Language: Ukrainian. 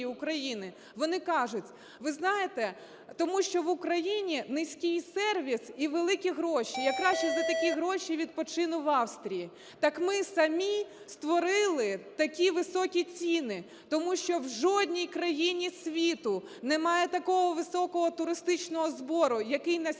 Вони кажуть: "Ви знаєте, тому що в Україні низький сервіс і великі гроші, я краще за такі гроші відпочину в Австрії". Так ми самі створили такі високі ціни, тому що в жодній країні світу немає такого високого туристичного збору, який на